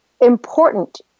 important